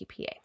TPA